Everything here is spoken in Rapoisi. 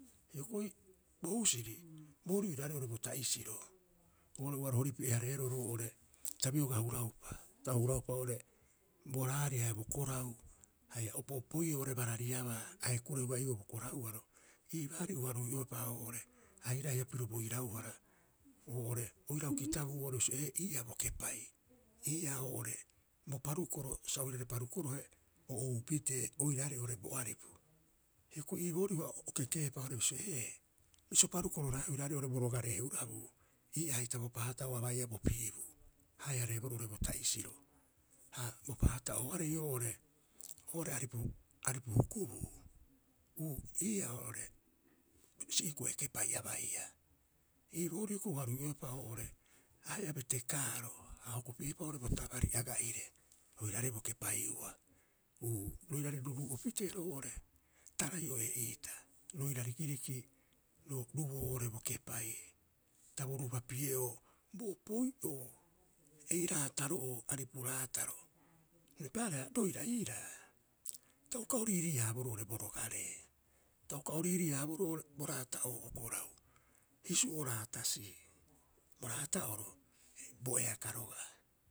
Hioko'i bo husiri boorii oiraarei oo'ore bo ta isiro, oo'ore ua ro horipi'e- hareeroo roo'ore ta bioga huraupa ta o huraupa oo'ore bo raari haia bo korau haia bo opi'oo oo'ore barariabaa aae kure- harahua iiboo bo korauaro, Iibaari uaha rui'oepa oo'ore airaiha piro bo irauhara oo'ore oirau kitabuu oo'ore bisio ee ii'aa bo kepai. Ii'aa oo'ore bo parukoro sa oirare parukorohe o ou pitee oiraarei oo'ore bo aripu, Hioko'i ii boorii uaha o kekeepa oo'ore bisio, ee bisio parukororaea oiraarei oo'ore bo rogare hurabuu, ii'aa hita bo paata'oo a baiia, o bo piibuu. A hae- hareeboroo oo'ore bo ta'isiro. Ha bo paata'ooarei oo'ore aripu aripu hukubuu ii'aa oo'ore si'i koe kepai abaiia. Ii boorii hioko'i uaha rui'oepa oo'ore ahe'a betekaaro a o hokopi'eupa bo tabari aga'ire oiraarei bo kepai'ua uu roiraarei ruruu'o pitee roo'ore Tarai'o'ee'ita roira rikiriki ro ruboo oo'ore bo kepai ta bo rubapi'e'oo bo opo'i'oo ei raataro'oo aripu raataro. Eipaareha roira iiraa ta uka oa riirii- haaboroo oo'ore bo rogaree, ta uka o riirii- haaboro bo raata'oo bo korau. Hisu'o raatasii, bo raata'oro bo eaka roga'a.